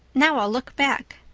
now i'll look back.